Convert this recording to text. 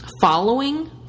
following